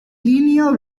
linear